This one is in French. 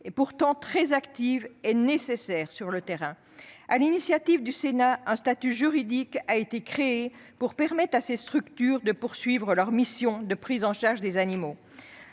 pourtant très actives et nécessaires sur le terrain. Sur l'initiative du Sénat, un statut juridique a été créé pour permettre à ces structures de poursuivre leur mission de prise en charge des animaux.